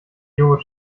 joghurt